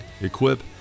equip